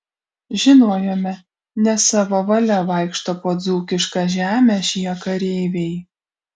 žinojome ne savo valia vaikšto po dzūkišką žemę šie kareiviai